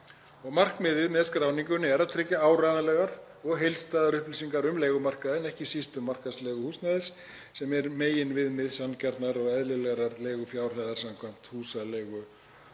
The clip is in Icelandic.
Markmiðið með skráningunni er að tryggja áreiðanlegar og heildstæðar upplýsingar um leigumarkaðinn, ekki síst um markaðsleigu húsnæðis sem er meginviðmið sanngjarnrar og eðlilegrar leigufjárhæðar samkvæmt húsaleigulögum.